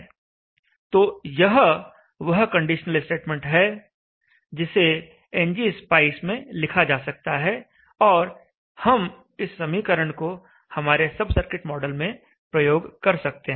तो यह वह कंडीशनल स्टेटमेंट है जिसे एनजी स्पाइस में लिखा जा सकता है और हम इस समीकरण को हमारे सब सर्किट मॉडल में प्रयोग कर सकते हैं